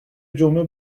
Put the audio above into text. جمعه